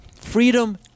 Freedom